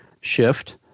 shift